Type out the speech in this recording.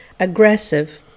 aggressive